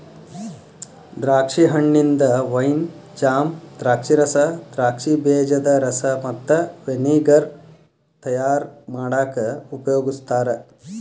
ದ್ರಾಕ್ಷಿ ಹಣ್ಣಿಂದ wine, jam, ದ್ರಾಕ್ಷಿರಸ, ದ್ರಾಕ್ಷಿ ಬೇಜದ ರಸ ಮತ್ತ ವಿನೆಗರ್ ತಯಾರ್ ಮಾಡಾಕ ಉಪಯೋಗಸ್ತಾರ